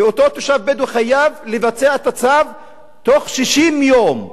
ואותו תושב בדואי חייב לבצע את הצו בתוך 60 יום,